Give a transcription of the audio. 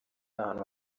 ahantu